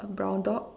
a brown dog